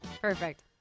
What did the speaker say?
Perfect